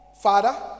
Father